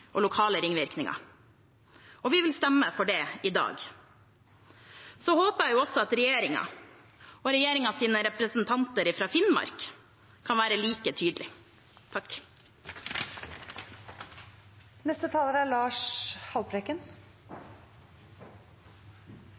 og lokale ringvirkninger, og vi vil stemme for det i dag. Så håper jeg også at regjeringen og regjeringspartienes representanter fra Finnmark, kan være like